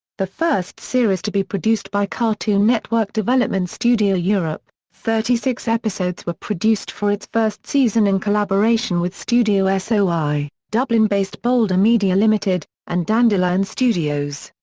the first series to be produced by cartoon network development studio europe, thirty-six episodes were produced for its first season in collaboration with studio ah so soi, dublin-based boulder media limited, and dandelion studios.